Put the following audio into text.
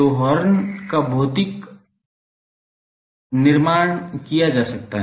तो हॉर्न का निर्माण भौतिक रूप से किया जा सकता है